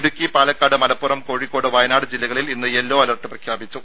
ഇടുക്കി പാലക്കാട് മലപ്പുറം കോഴിക്കോട് വയനാട് ജില്ലകളിൽ ഇന്ന് yellow alert പ്രഖ്യാപിച്ചു